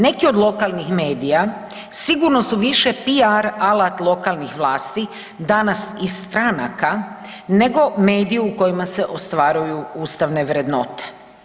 Neki od lokalnih medija sigurno su više PR alat lokalnih vlasti, danas i stranaka nego mediji u kojima se ostvaruju ustavne vrednote.